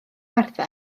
martha